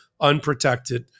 unprotected